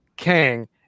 Kang